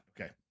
Okay